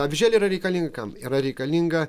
avižėlė yra reikalinga kam yra reikalinga